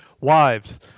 Wives